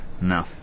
No